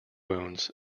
wounds